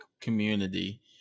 community